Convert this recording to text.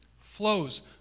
flows